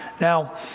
Now